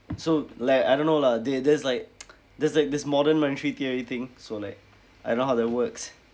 so like I don't know lah they there's like this there's like this modern monetary theory thing so like I don't know how that works